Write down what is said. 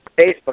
Facebook